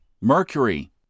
Mercury